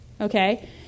Okay